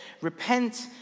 Repent